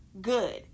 good